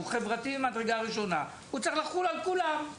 הוא חברתי ממדרגה ראשונה וצריך לחול על כולם.